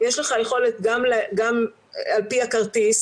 יש לך יכולת גם על פי הכרטיס,